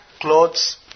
clothes